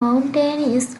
mountainous